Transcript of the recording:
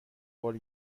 قول